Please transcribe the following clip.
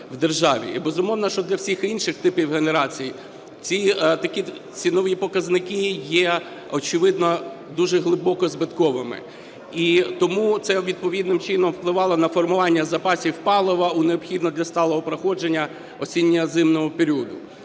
І, безумовно, що для всіх інших типів генерацій ці такі цінові показники є, очевидно, дуже глибоко збитковими. І тому це відповідним чином впливало на формування запасів палива, необхідного для сталого проходження осінньо-зимового періоду.